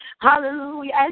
hallelujah